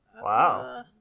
Wow